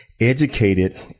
educated